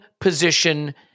position